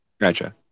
Gotcha